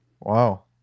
Wow